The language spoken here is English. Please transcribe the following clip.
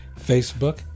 Facebook